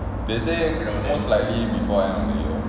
they say most likely before end of the year